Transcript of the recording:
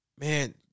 man